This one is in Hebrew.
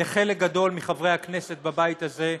מחלק גדול מחברי הכנסת בבית הזה,